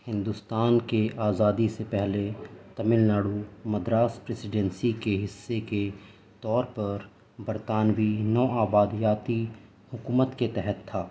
ہندوستان کی آزادی سے پہلے تمل ناڈو مدراس پریسڈینسی کے حصے کے طور پر برطانوی نوآبادیاتی حکومت کے تحت تھا